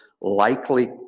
likely